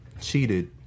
cheated